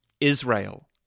Israel